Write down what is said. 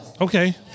Okay